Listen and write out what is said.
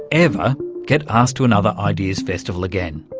ever get asked to another ideas festival again.